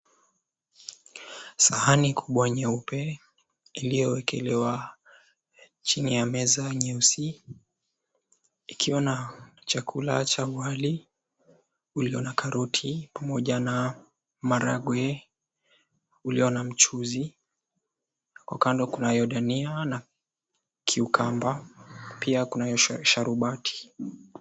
Sahani kubwa nyeupe iliyowekelewa chini ya meza nyeusi ikiwa na chakula cha wali ulio na karoti pamoja na maragwe ulio na mchuzi, kwa kando kunayo dania na kiukamba pia kunayo sharubati.